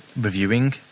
reviewing